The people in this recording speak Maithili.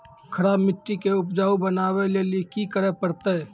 खराब मिट्टी के उपजाऊ बनावे लेली की करे परतै?